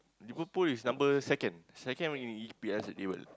Liverpool is number second second in E_P_L table